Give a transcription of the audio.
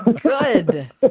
Good